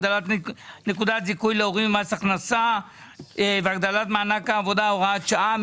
הגדלת נקודת זיכוי להורים במס הכנסה והגדלת מענק העבודה (הוראת שעה).